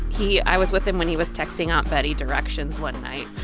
he i was with him when he was texting aunt betty directions one night